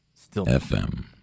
FM